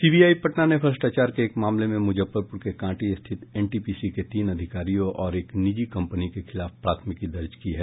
CBI Patna ने भ्रष्टाचार के एक मामले में मुजफ्फरपूर के कांटी स्थित एनटीपीसी के तीन अधिकारियों और एक निजी कंपनी के खिलाफ प्राथमिकी दर्ज की है